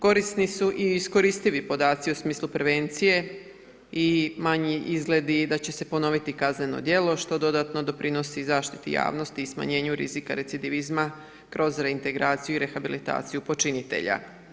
Korisni su i iskoristivi podaci u smislu prevencije i manji izgledi da će se ponoviti kazneno djelo, što dodatno doprinosi zaštiti javnosti i smanjenju rizika recidivizma kroz reintegraciju i rehabilitaciju počinitelja.